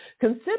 Consider